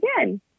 again